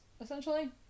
essentially